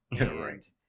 Right